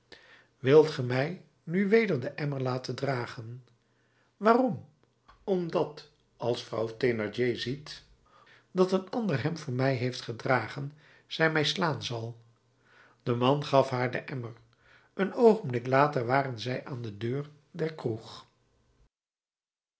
wilt ge mij nu weder den emmer laten dragen waarom omdat als vrouw thénardier ziet dat een ander hem voor mij heeft gedragen zij mij slaan zal de man gaf haar den emmer een oogenblik later waren zij aan de deur der